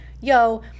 yo